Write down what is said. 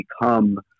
become